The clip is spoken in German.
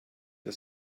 der